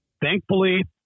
thankfully